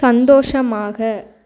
சந்தோஷமாக